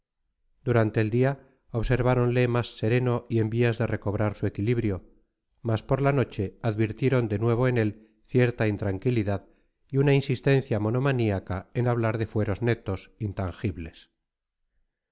durante el día observáronle más sereno y en vías de recobrar su equilibrio mas por la noche advirtieron de nuevo en él cierta intranquilidad y una insistencia monomaníaca en hablar de fueros netos intangibles